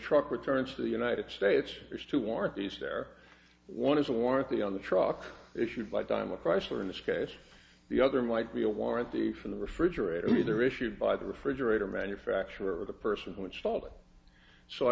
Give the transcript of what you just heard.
truck returns to the united states there's two warranties there one is a war the on the truck issue but i'm a chrysler in this case the other might be a warranty for the refrigerator either issued by the refrigerator manufacturer or the person who installed it so i